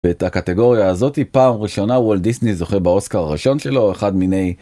את הקטגוריה הזאתי פעם ראשונה וולט דיסני זוכה באוסקאר הראשון שלו אחד מיני.